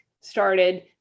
started